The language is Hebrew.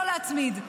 לא להצמיד.